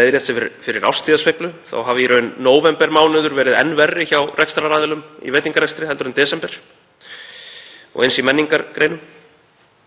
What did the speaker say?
leiðrétt er fyrir árstíðasveiflu hafi nóvembermánuður í raun verið enn verri hjá rekstraraðilum í veitingarekstri en desember. Og eins í menningargreinum.